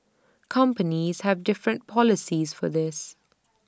companies have different policies for this